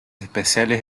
especiales